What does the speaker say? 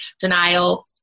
denial